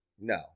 No